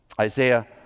Isaiah